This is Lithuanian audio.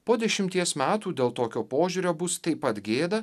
po dešimties metų dėl tokio požiūrio bus taip pat gėda